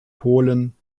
polen